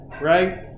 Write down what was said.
Right